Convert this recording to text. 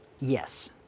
yes